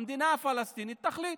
המדינה הפלסטינית תחליט.